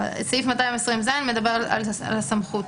סעיף 220ז מדבר על הסמכות.